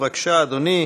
בבקשה, אדוני.